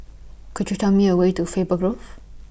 Could YOU Tell Me A Way to Faber Grove